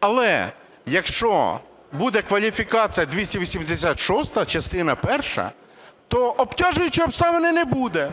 Але якщо буде кваліфікація 286-а, частина перша, то обтяжуючої обставини не буде,